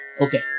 okay